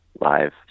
live